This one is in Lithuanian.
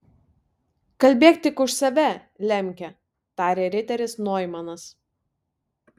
kalbėk tik už save lemke tarė riteris noimanas